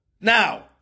Now